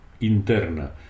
interna